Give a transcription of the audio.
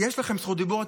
יש לכם זכות דיבור.